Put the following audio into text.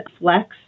flex